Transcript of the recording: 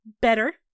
better